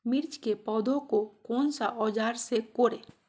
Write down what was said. मिर्च की पौधे को कौन सा औजार से कोरे?